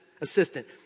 assistant